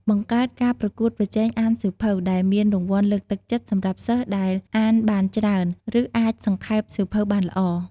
បង្កើតការប្រកួតប្រជែងអានសៀវភៅ ដែលមានរង្វាន់លើកទឹកចិត្តសម្រាប់សិស្សដែលអានបានច្រើន ឬអាចសង្ខេបសៀវភៅបានល្អ។